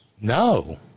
No